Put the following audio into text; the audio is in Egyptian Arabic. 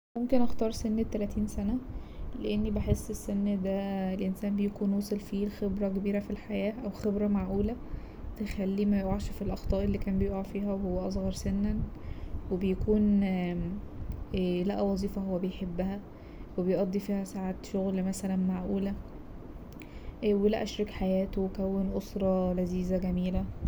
ممكن اختار سن التلاتين سنة لأني بحس السن ده الانسان بيكون وصل فيه لخبرة كبيرة في الحياة أو خبرة معقولة تخليه ميقعش في الأخطاء اللي كان بيقع فيها وهو أصغر سنا وبيكون لقى وظيفة هو بيحبها وبيقضي فيها ساعات شغل مثلا معقولة ولقى شريك حياته وكون أسرة لذيذة جميلة.